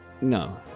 No